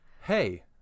hey